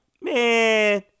man